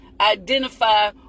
identify